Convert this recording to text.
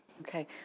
Okay